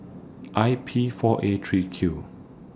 I P four A three Q